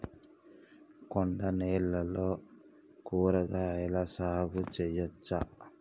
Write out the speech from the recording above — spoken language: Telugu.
కొండ నేలల్లో కూరగాయల సాగు చేయచ్చా?